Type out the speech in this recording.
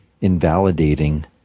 invalidating